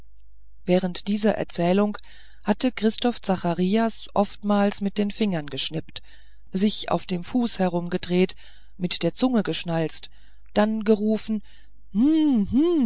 während dieser erzählung hatte christoph zacharias oftmals mit den fingern geschnippt sich auf einen fuß herumgedreht mit der zunge geschnalzt dann gerufen